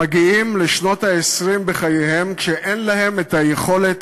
מגיעים לשנות ה-20 בחייהם כשאין להם היכולת